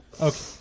Okay